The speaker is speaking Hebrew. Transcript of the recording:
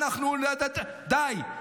די.